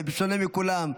בשונה מכולם.